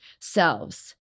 selves